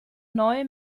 neu